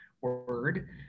word